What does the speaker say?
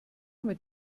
mit